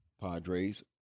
Padres